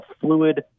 fluid